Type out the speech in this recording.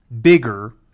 bigger